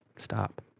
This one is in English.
stop